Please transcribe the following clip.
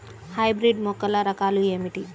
Hybrid మొక్కల రకాలు ఏమిటీ?